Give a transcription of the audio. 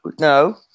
no